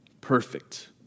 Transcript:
perfect